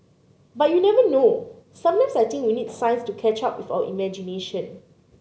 but you never know sometimes I think we need science to catch up with our imagination